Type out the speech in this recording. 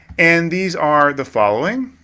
and these are the following.